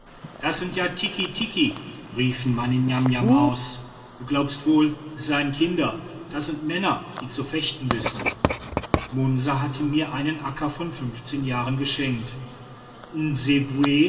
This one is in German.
das sind ja tikitiki riefen meine niamniam aus du glaubst wohl es seien kinder das sind männer die zu fechten wissen munsa hatte mir einen akka von jahren geschenkt nsewue